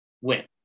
win